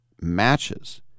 matches